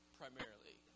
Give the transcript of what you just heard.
primarily